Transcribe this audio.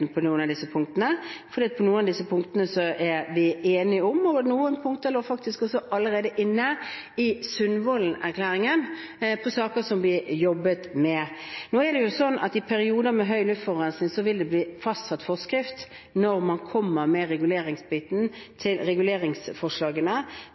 på noen av disse punktene, for noen av dem er vi enige om, og noen punkter lå faktisk også allerede inne i Sundvolden-erklæringen, i saker som vi jobbet med. Nå er det sånn at i perioder med høy luftforurensning vil det bli fastsatt forskrift – når man kommer med